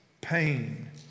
pain